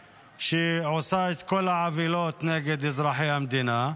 שעושה את כל העוולות נגד אזרחי המדינה.